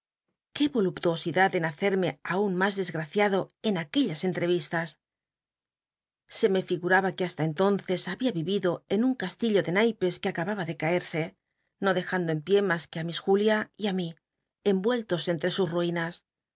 qué mluptuosid ad en baccrme aun mas desgraciado en aquellas entrevistas se me figuraba que hasta entonces había vivido en un castillo de naipes que acabaoa de caerse no dejando en pié mas que i miss j ulia y mi envueltos entrc sus ruinas